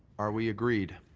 are we agreed?